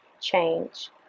change